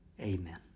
Amen